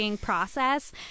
process